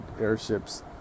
airships